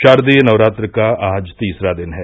शारदीय नवरात्र का आज तीसरा दिन है